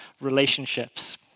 relationships